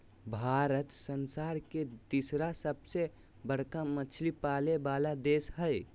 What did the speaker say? भारत संसार के तिसरा सबसे बडका मछली पाले वाला देश हइ